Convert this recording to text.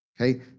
okay